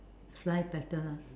fly better lah